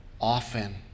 often